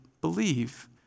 believe